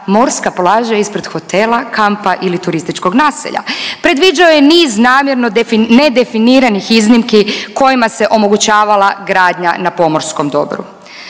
morska plaža ispred hotela, kampa ili turističkog naselja. Predviđao je niz namjerno nedefiniranih iznimki kojima se omogućavala gradnja na pomorskom dobru.